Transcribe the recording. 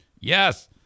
Yes